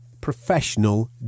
professional